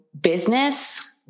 business